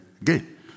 again